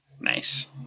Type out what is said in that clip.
nice